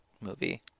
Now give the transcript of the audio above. movie